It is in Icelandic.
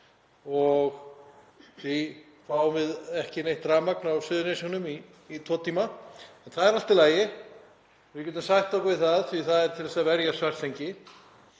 og því fáum við ekki neitt rafmagn á Suðurnesjunum í tvo tíma. Það er allt í lagi. Við getum sætt okkur við það því það er til að verja Svartsengi.